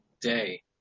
day